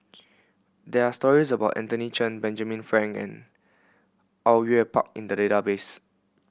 there are stories about Anthony Chen Benjamin Frank and Au Yue Pak in the database